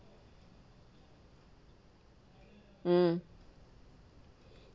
mm